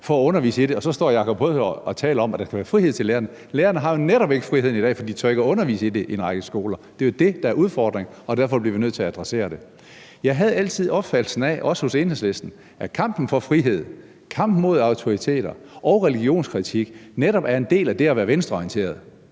for at undervise i det. Og så står Jakob Sølvhøj og taler om, at der skal være frihed til lærerne. Lærerne har jo netop ikke friheden i dag, fordi de ikke tør undervise i det på en række skoler. Det er jo det, der er udfordringen, og derfor bliver vi nødt til at adressere det. Jeg har altid haft opfattelsen af – også hos Enhedslisten – at kampen for frihed, kampen mod autoriteter og religionskritik netop er en del af det at være venstreorienteret,